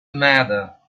matter